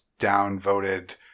downvoted